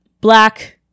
black